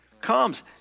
comes